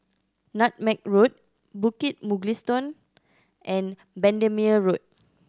Nutmeg Road Bukit Mugliston and Bendemeer Road